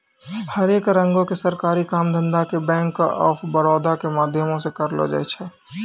हरेक रंगो के सरकारी काम धंधा के बैंक आफ बड़ौदा के माध्यमो से करलो जाय छै